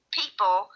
people